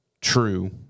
true